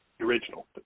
original